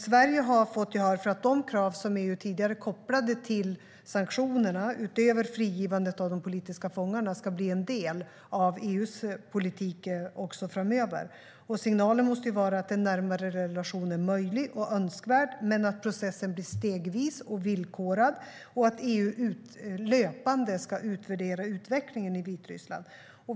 Sverige har fått gehör för att de krav som EU tidigare kopplade till sanktionerna, utöver frigivandet av de politiska fångarna, ska bli en del av EU:s politik också framöver. Signalen måste vara att en närmare relation är möjlig och önskvärd men att processen blir stegvis och villkorad och att EU löpande ska utvärdera utvecklingen i Vitryssland.